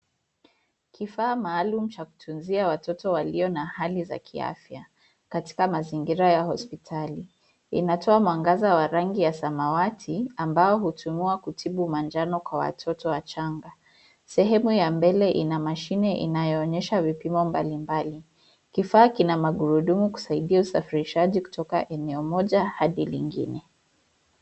Kifaa maalum cha kutunzia watoto walio na hali za kiafya katika mazingira ya hospitali. Inatoa mwangaza wa rangi ya samawati, ambao hutumiwa kutibu manjano kwa watoto wachanga. Sehemu ya mbele ina mashine inayoonyesha vipimo mbalimbali. Kifaa kina magurudumu kusaidia usafirishaji kutoka eneo moja hadi lingine.